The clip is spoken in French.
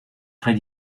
très